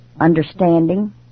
understanding